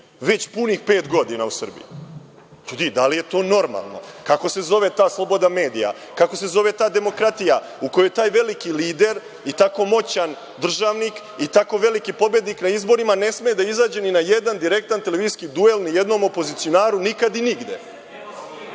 već punih pet godina? Ljudi, da li je to normalno? Kako se zove ta sloboda medija? Kako se zove ta demokratija u kojoj taj veliki lider i tako moćan državnik i tako veliki pobednik na izborima ne sme da izađe ni na jedan direktan televizijski duel ni jednom opozicionaru nikad i